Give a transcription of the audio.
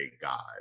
God